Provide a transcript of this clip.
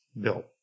built